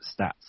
stats